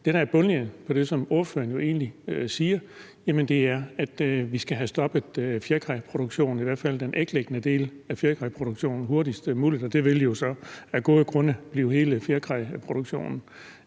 Det, der er bundlinjen i det, ordføreren egentlig siger, er, at vi skal have stoppet fjerkræproduktionen, i hvert fald den æglæggende del, hurtigst muligt, og det vil jo så af gode grunde blive hele fjerkræproduktionen.